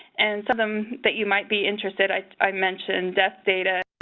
and some of them that you might be interested, i i mentioned death data,